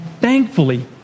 thankfully